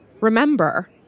Remember